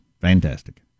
Fantastic